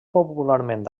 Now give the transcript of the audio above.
popularment